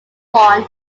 bonn